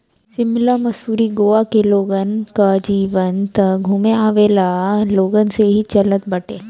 शिमला, मसूरी, गोवा के लोगन कअ जीवन तअ घूमे आवेवाला लोगन से ही चलत बाटे